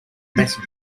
messy